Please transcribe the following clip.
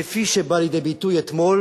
כפי שבא לידי ביטוי אתמול